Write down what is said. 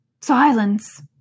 Silence